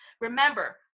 Remember